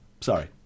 Sorry